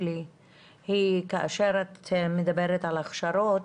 כאשר את מדברת על הכשרות,